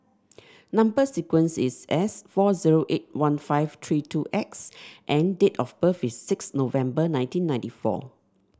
number sequence is S four zero eight one five three two X and date of birth is six November nineteen ninety four